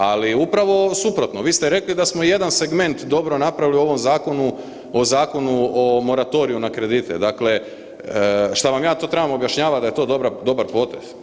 Ali, upravo suprotno, vi ste rekli da smo jedan segment dobro napravili u ovom zakonu o Zakonu o moratoriju na kredite, dakle, što vam ja to trebam objašnjavati da je to dobar potez?